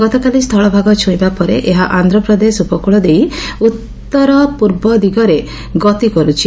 ଗତକାଲି ସ୍ଥଳଭାଗ ଛୁଇଁବା ପରେ ଏହା ଆନ୍ଧ୍ରପ୍ରଦେଶ ଉପକୂଳ ଦେଇ ଉତ୍ତର ଉତ୍ତର ପୂର୍ବ ଦିଗରେ ଗତି କରୁଛି